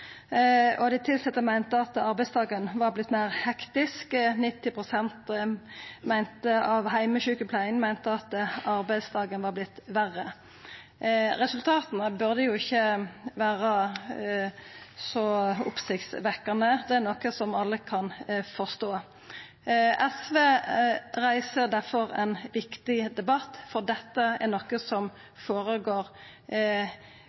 og dei tilsette meinte at arbeidsdagen hadde vorte meir hektisk. 90 pst. av heimesjukepleiarane meinte at arbeidsdagen hadde vorte verre. Resultata burde ikkje vera så oppsiktsvekkjande. Det er noko som alle kan forstå. SV reiser difor ein viktig debatt, for dette er noko